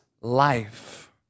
life